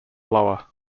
blower